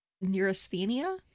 neurasthenia